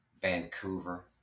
Vancouver